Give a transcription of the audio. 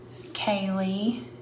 Kaylee